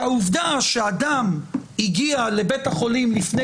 שהעובדה שאדם הגיע לבית החולים לפני